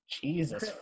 Jesus